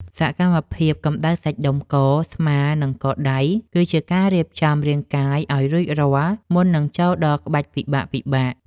សកម្មភាពកម្តៅសាច់ដុំក ស្មា និងកដៃ គឺជាការរៀបចំរាងកាយឱ្យរួចរាល់មុននឹងចូលដល់ក្បាច់ពិបាកៗ។